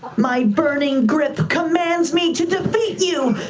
my burning grip commands me to defeat you.